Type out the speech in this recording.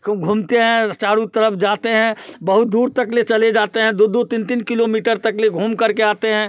खूब घूमते हैं चारों तरफ़ जाते हैं बहुत दूर तक ले चले जाते हैं दो दो तीन तीन किलोमीटर तक ले घूमकर के आते हैं